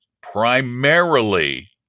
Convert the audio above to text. primarily